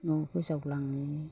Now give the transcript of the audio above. न' गोजावलाङो